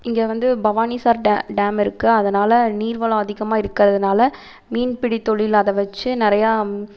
இங்கே வந்து பவானி சார் ட டேம் இருக்குது அதனால் நீர்வளம் அதிகமாக இருக்கிறதுனால மீன்பிடித்தொழில் அதை வெச்சு நிறையா